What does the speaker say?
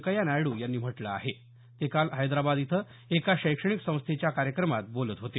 कय्या नायडू यांनी म्हटलं आहेकालहैदराबाद इथं एका शैक्षणिक संस्थेच्या कार्यक्रमात बोलत होते